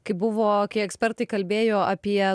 kai buvo kai ekspertai kalbėjo apie